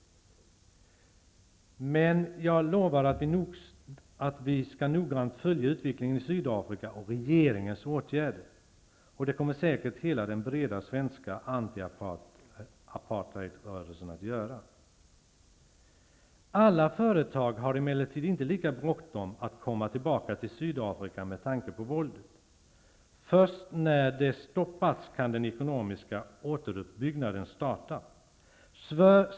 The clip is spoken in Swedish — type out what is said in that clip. Men jag lovar att vi noggrant skall följa utvecklingen i Sydafrika och regeringens åtgärder. Och det kommer säkert hela den breda svenska antiapartheidrörelsen att göra. Alla företag har emellertid inte lika bråttom att komma tillbaka till Sydafrika med tanke på våldet. Först när det har stoppats, kan den ekonomiska återuppbyggnaden starta.